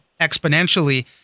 exponentially